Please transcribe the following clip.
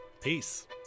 Peace